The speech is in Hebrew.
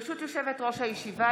ברשות יושבת-ראש הישיבה,